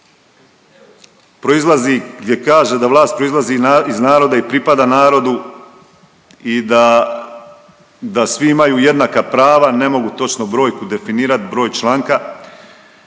gdje kaže da vlast proizlazi iz naroda i pripada narodu i da, da svi imaju jednaka prava ne mogu točno brojku definirat, broj članka,